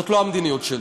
זאת לא המדיניות שלי.